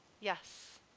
yes